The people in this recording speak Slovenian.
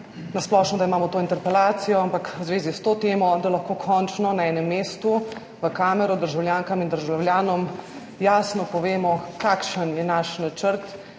na splošno, da imamo to interpelacijo, ampak v zvezi s to temo, da lahko končno na enem mestu v kamero državljankam in državljanom jasno povemo, kakšen je naš načrt